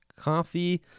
coffee